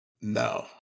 No